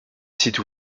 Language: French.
sites